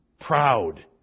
proud